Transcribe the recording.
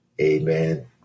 Amen